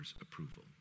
approval